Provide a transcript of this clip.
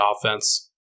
offense